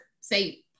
say